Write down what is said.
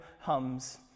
hums